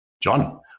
John